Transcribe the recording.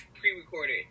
pre-recorded